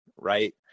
Right